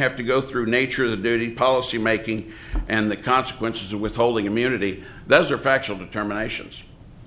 have to go through nature the duty policymaking and the consequences of withholding immunity those are factual determinations